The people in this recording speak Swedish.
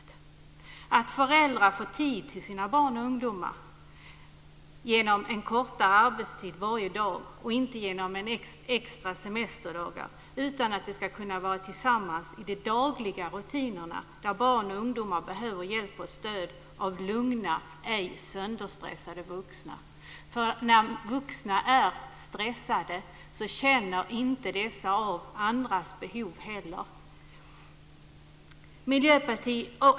Det är viktigt att föräldrar får tid till sina barn och ungdomar genom en kortare arbetstid varje dag och inte genom extra semesterdagar. De ska kunna vara tillsammans i de dagliga rutinerna, där barn och ungdomar behöver hjälp och stöd av lugna, ej sönderstressade vuxna. När vuxna är stressade känner de inte av andras behov heller.